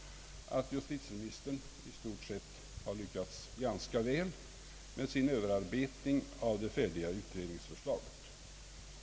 — att justitieministern i stort sett har lyckats ganska välmed sin överarbetning av det färdiga utredningsförslaget.